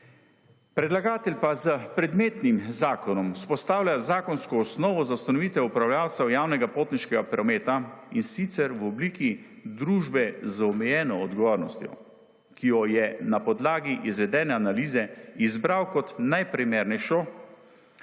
Predlagatelj pa s predmetnim zakonom vzpostavlja zakonsko osnovo za ustanovitev upravljavcev javnega potniškega prometa in sicer v obliki družbe z omejeno odgovornostjo, ki jo je na podlagi izvedene analize izbral kot najprimernejšo